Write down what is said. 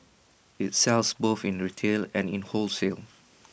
IT sells both in retail and in wholesale